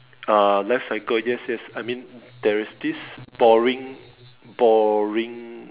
uh life cycle yes yes I mean there's this boring boring